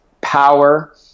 power